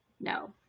no